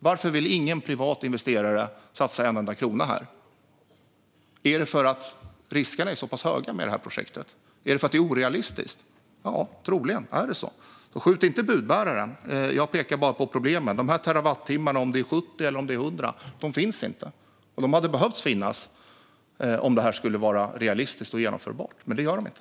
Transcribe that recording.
Varför vill ingen privat investerare satsa en enda krona här? Är det för att riskerna med projektet är så pass höga? Är det för att det är orealistiskt? Ja, troligen är det så. Skjut inte budbäraren! Jag pekar bara på problemen. Terawattimmarna finns inte, oavsett om det är 70 eller 100. De hade behövt finnas för att detta skulle vara realistiskt och genomförbart, men det gör de inte.